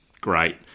great